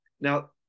now